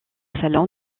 salon